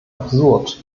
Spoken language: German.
absurd